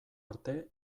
arte